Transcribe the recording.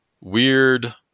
weird